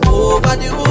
overdue